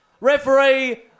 Referee